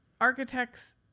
architects